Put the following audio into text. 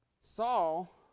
Saul